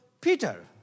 Peter